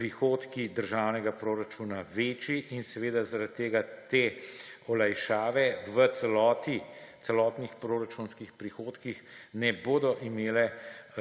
prihodki državnega proračuna večji. In seveda zaradi te olajšave v celoti, v celotnih proračunskih prihodkih ne bodo imele